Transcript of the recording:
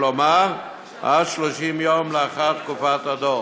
כלומר עד 30 יום לאחר תקופת הדוח.